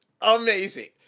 amazing